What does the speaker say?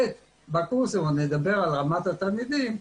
ו-ב', בקורסים, עוד נדבר על רמת התלמידים,